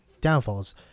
downfalls